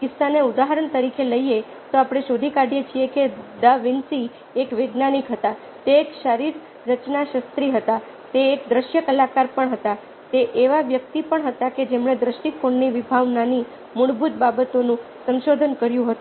કિસ્સાને ઉદાહરણ તરીકે લઈએ તો આપણે શોધી કાઢીએ છીએ કે દા વિન્સી એક વૈજ્ઞાનિક હતા તે એક શરીરરચનાશાસ્ત્રી હતા તે એક દ્રશ્ય કલાકાર પણ હતા તે એવા વ્યક્તિ પણ હતા કે જેમણે દ્રષ્ટિકોણની વિભાવનાની મૂળભૂત બાબતોનું સંશોધન કર્યું હતું